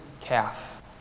calf